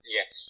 Yes